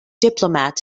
diplomat